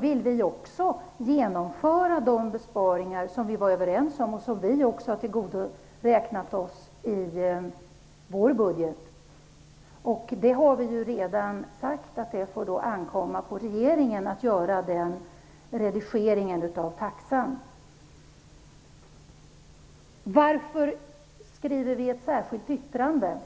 vill vi också genomföra de besparingar som vi var överens om och som vi har räknat med i vår budget. Vi har redan sagt att det får ankomma på regeringen att göra en sådan redigering av taxan. Varför skriver vi ett särskilt yttrande?